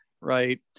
right